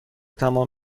تمام